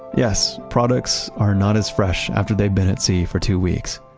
yes, products are not as fresh after they've been at sea for two weeks.